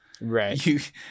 Right